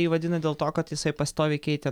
jį vadina dėl to kad jisai pastoviai keitė